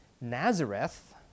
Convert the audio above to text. Nazareth